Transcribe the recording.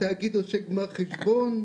התאגיד עושה גמר חשבון,